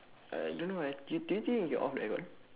I don't know eh do you do you think you can off the aircon